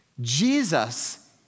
Jesus